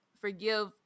forgive